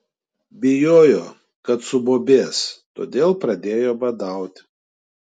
bijojo kad subobės todėl pradėjo badauti